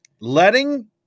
Letting